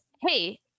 hey